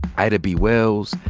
ida b. wells,